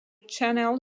channel